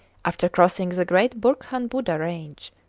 after crossing the great burkhan buddha range,